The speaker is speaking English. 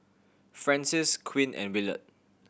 Francis Quinn and Willard